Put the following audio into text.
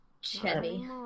Chevy